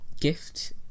gift